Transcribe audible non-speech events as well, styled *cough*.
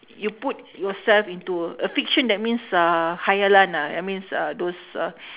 you put yourself into a fiction that means uh khayalan ah that means uh those uh *breath*